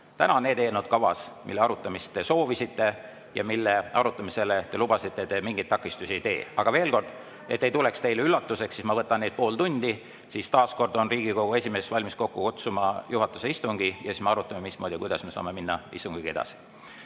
Täna on need eelnõud kavas, mille arutamist te soovisite ja mille arutamisele te oma lubaduse kohaselt takistusi ei tee. Aga teatan veel kord, et see ei tuleks teile üllatuseks, et ma võtan neid pool tundi, siis taas kord on Riigikogu esimees valmis kokku kutsuma juhatuse istungi ja siis me arutame, mismoodi me saame minna istungiga edasi. Kert